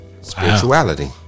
Spirituality